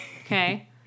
Okay